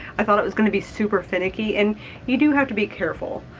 i thought it was going to be super finicky, and you do have to be careful.